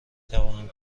توانم